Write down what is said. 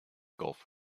gulf